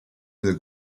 del